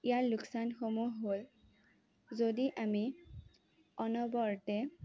ইয়াৰ লোকচানসমূহ হ'ল যদি আমি অনবৰতে